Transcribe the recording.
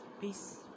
peace